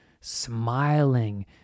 smiling